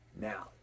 Now